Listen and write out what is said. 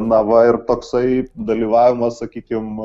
na va ir toksai dalyvavimas sakykim